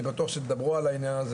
אני בטוח שתדברו על העניין הזה,